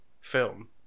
film